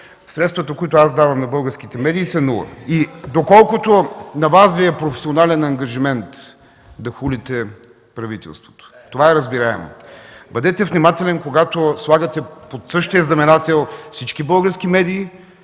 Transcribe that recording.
Средствата, които аз давам на българските медии, са нула. Доколкото на Вас Ви е професионален ангажимент да хулите правителството, това е разбираемо! Бъдете внимателен, когато слагате под същия знаменател всички български медии,